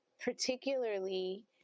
particularly